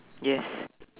yes